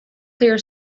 clear